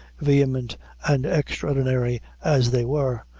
vehement and extraordinary as they were,